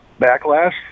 backlash